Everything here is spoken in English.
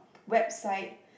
website